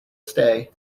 stay